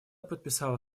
подписала